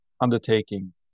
undertaking